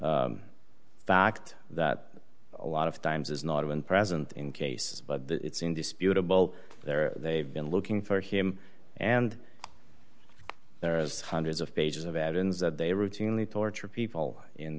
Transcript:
fact that a lot of times is not even present in case but it's indisputable there they've been looking for him and there's hundreds of pages of evidence that they routinely torture people in